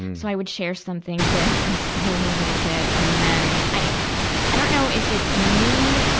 so i would share something, bare my soul a little bit, and then, i i don't know if it's me,